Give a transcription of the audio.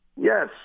Yes